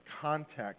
context